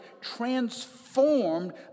transformed